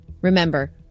Remember